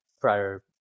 prior